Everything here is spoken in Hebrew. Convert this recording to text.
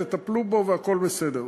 תטפלו בו והכול בסדר.